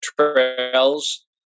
trails